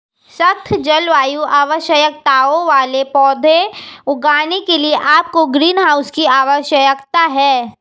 सख्त जलवायु आवश्यकताओं वाले पौधे उगाने के लिए आपको ग्रीनहाउस की आवश्यकता है